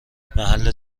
محل